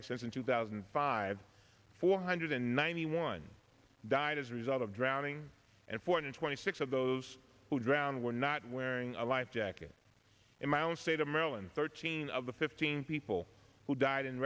actions in two thousand and five four hundred ninety one died as a result of drowning and four hundred twenty six of those who drowned were not wearing a life jacket in my own state of maryland thirteen of the fifteen people who died